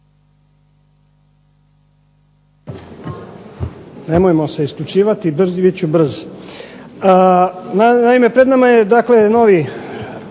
Nemojmo se isključivati, bit ću brz. Naime, pred nama je, dakle novi